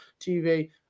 TV